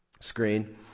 screen